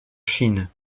chine